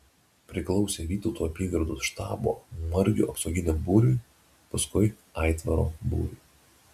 priklausė vytauto apygardos štabo margio apsauginiam būriui paskui aitvaro būriui